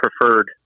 preferred